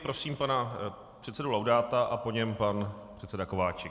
Prosím pana předsedu Laudáta a po něm pan předseda Kováčik.